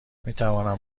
میتوانم